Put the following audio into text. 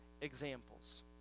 examples